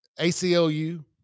ACLU